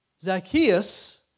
Zacchaeus